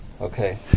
Okay